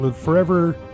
forever